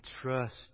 trust